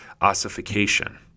ossification